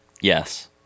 Yes